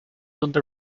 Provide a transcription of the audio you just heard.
donde